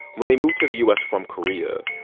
when they moved to the u s. from korea,